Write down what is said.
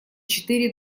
четыре